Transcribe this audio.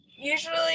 Usually